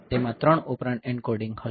તેમાં 3 operand encoding હશે